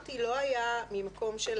שאמרתי לא היה ממקום של